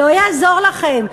לא יעזור לכם.